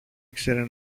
ήξερε